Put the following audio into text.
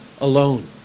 alone